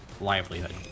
livelihood